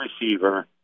receiver